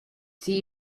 she